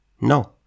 No